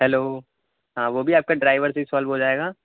hello ہاں وہ بھی آپ کا ڈرائیور سے ہی سالو ہو جائے گا